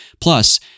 Plus